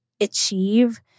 achieve